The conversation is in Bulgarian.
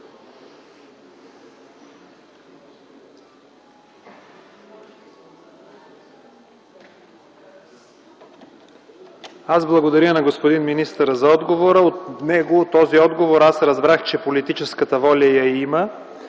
Благодаря на господин министъра за отговора. От този отговор разбрах, че политическата воля я има.